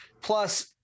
plus